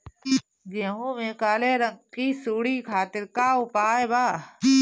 गेहूँ में काले रंग की सूड़ी खातिर का उपाय बा?